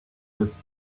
this